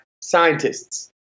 scientists